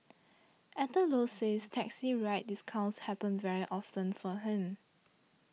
Actor Low says taxi ride discounts happen very often for him